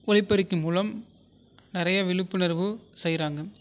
ஒலிப்பெருக்கி மூலம் நிறைய விழிப்புணர்வு செய்கிறாங்க